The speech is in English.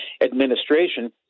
administration